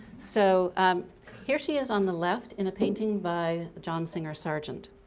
so here she is on the left in a painting by john singer sargent.